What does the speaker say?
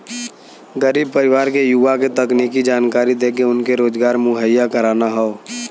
गरीब परिवार के युवा के तकनीकी जानकरी देके उनके रोजगार मुहैया कराना हौ